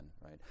right